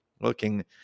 looking